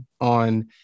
on